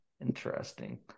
Interesting